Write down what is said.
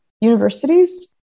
universities